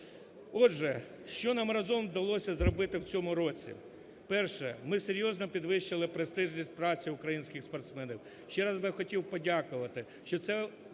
Отже, що нам разом вдалося зробити в цьому році? Перше. Ми серйозно підвищили престижність праці українських спортсменів. Ще раз я би хотів подякувати, що це відбулося